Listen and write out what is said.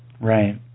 Right